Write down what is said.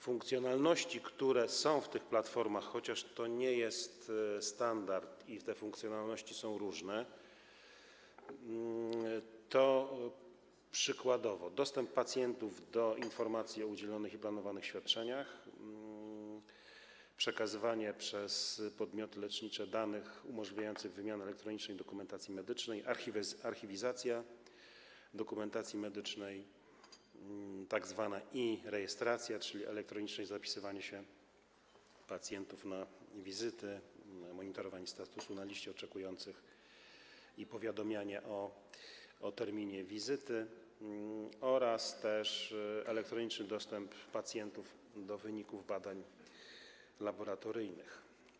Funkcjonalności, które są zawarte w tych platformach, chociaż to nie jest standard i te funkcjonalności są różne, to przykładowo: dostęp pacjentów do informacji o udzielonych i planowanych świadczeniach, przekazywanie przez podmioty lecznicze danych umożliwiających wymianę elektronicznej dokumentacji medycznej, archiwizacja dokumentacji medycznej, tzw. e-rejestracja, czyli elektroniczne zapisywanie się pacjentów na wizytę, monitorowanie statusu na liście oczekujących i powiadamianie o terminie wizyty oraz elektroniczny dostęp pacjentów do wyników badań laboratoryjnych.